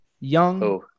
young